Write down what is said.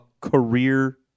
career